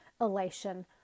elation